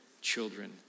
children